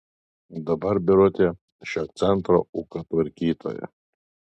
dabar birutė šio centro ūkio tvarkytoja